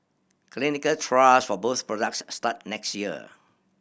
clinical trials for both products start next year